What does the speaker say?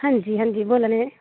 अंजी अंजी बोल्ला नै